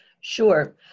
Sure